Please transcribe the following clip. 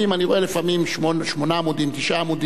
אני רואה שמונה או תשעה עמודים,